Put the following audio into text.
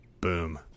boom